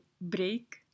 break